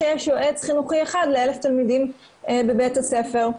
שיש יועץ חינוכי אחד לאלף תלמידים בבית הספר.